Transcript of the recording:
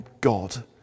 God